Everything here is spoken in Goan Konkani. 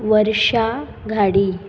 वर्षा घाडी